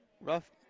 rough